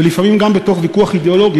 ולפעמים גם בתוך ויכוח אידיאולוגי,